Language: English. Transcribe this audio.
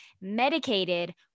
medicated